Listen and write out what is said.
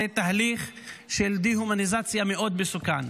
זה תהליך של דה-הומניזציה מאוד מסוכן.